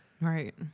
Right